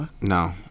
No